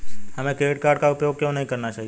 हमें credit card का उपयोग क्यों नहीं करना चाहिए?